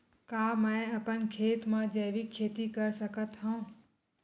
का मैं अपन खेत म जैविक खेती कर सकत हंव?